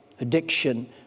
addiction